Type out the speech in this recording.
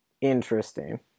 Interesting